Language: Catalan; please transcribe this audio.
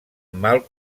mal